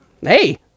hey